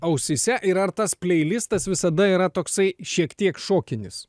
ausyse ir ar tas peilistas visada yra toksai šiek tiek šokinis